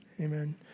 Amen